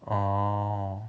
orh